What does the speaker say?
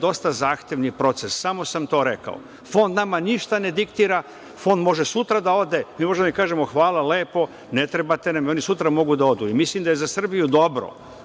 dosta zahtevan proces. Samo sam to rekao. Fond nama ništa ne diktira, Fond može sutra da ode i mi možemo da kažemo – hvala lepo, ne trebate nam. Oni sutra mogu da odu. Mislim da je za Srbiju dobro